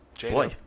Boy